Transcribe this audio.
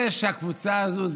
זה שהקבוצה הזו,